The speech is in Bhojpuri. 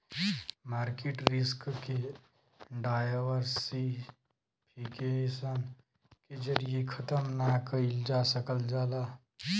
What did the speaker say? मार्किट रिस्क के डायवर्सिफिकेशन के जरिये खत्म ना कइल जा सकल जाला